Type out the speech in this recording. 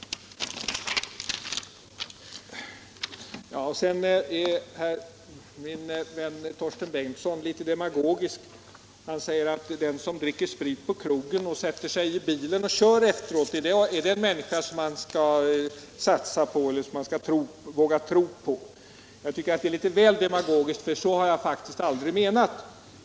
Sedan är min vän Torsten Bengtson litet demagogisk. Han frågar: Är den som dricker sprit på krog och sätter sig i bil och kör efteråt en människa man kan satsa på och som man vågar tro på? Jag tycker att det är litet väl demagogiskt, för så har jag faktiskt aldrig menat.